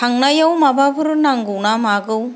थांनायाव माबाफोर नांगौना मागौ